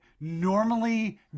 normally